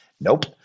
Nope